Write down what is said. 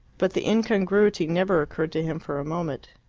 but the incongruity never occurred to him for a moment.